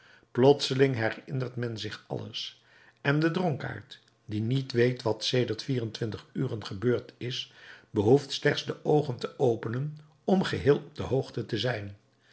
plotseling herinnert men zich alles en de dronkaard die niet weet wat sedert vier-en-twintig uren gebeurd is behoeft slechts de oogen te openen om geheel op de hoogte te zijn